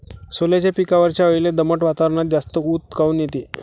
सोल्याच्या पिकावरच्या अळीले दमट वातावरनात जास्त ऊत काऊन येते?